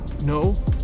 No